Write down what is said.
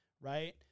right